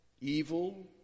evil